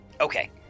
Okay